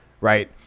right